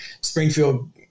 Springfield